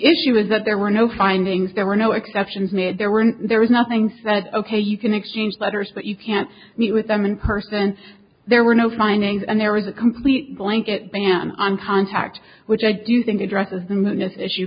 issue was that there were no findings there were no exceptions made there were there was nothing said ok you can exchange letters but you can't meet with them in person there were no findings and there was a complete blanket ban on contact which i do think